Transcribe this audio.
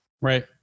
Right